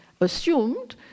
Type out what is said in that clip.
assumed